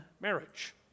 marriage